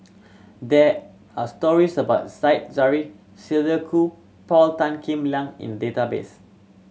there are stories about Said Zahari Sylvia Kho Paul Tan Kim Liang in database